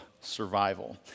survival